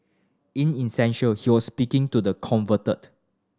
in essential he was speaking to the converted